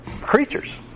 creatures